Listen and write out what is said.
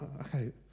okay